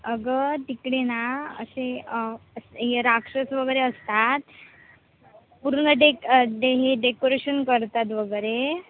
अगं तिकडे ना असे हे राक्षस वगैरे असतात पूर्ण डेक डे हे डेकोरेशन करतात वगैरे